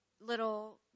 little